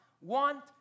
want